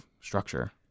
structure